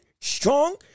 strong